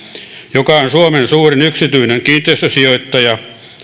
joka on suomen suurin yksityinen kiinteistösijoittaja